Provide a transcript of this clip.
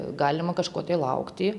galima kažko tai laukti